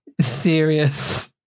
serious